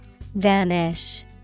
Vanish